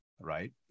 right